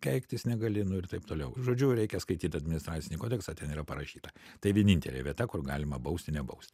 keiktis negali nu ir taip toliau žodžiu reikia skaityt administracinį kodeksą ten yra parašyta tai vienintelė vieta kur galima bausti nebaus